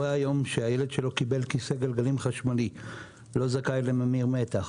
היום הורה שהילד שלו קיבל כיסא גלגלים חשמלי לא זכאי לממיר מתח.